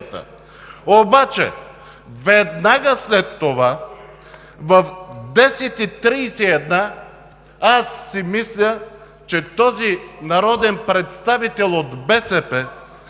обаче, веднага след това – в 10,31 ч., аз си мисля, че този народен представител от БСП